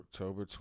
October